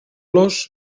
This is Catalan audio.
los